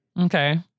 Okay